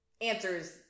answers